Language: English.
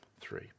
Three